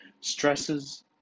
stresses